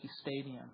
Stadium